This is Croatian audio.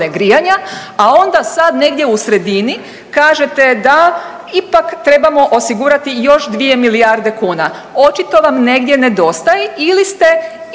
a onda sada negdje u sredini kažete da ipak trebamo osigurati još 2 milijarde kuna. Očito vam negdje nedostaje ili imate